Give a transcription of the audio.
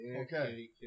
Okay